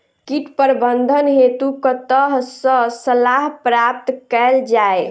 कीट प्रबंधन हेतु कतह सऽ सलाह प्राप्त कैल जाय?